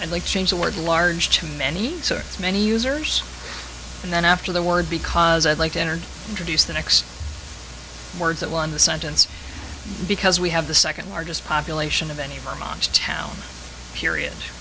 they change the word large to many many users and then after the word because i'd like to enter introduce the next word that won the sentence because we have the second largest population of any of our moms town period